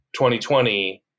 2020